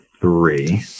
three